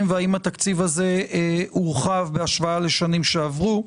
והאם התקציב הזה הורחב בהשוואה לשנים שעברו?